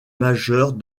majeures